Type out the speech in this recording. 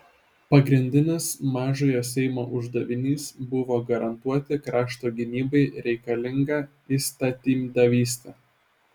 pagrindinis mažojo seimo uždavinys buvo garantuoti krašto gynybai reikalingą įstatymdavystę